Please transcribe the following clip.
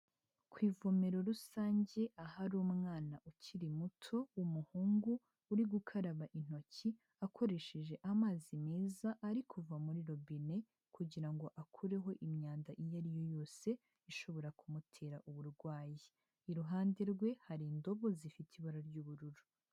Ku ivumero rusange ahari umwana ukiri muto w'umuhungu uri gukaraba intoki akoresheje amazi meza ari kuva muri robine, kugira ngo akureho imyanda iyo ariyo yose ishobora kumutera uburwayi, iruhande rwe hari indobo zifite ibara ry'ubururu.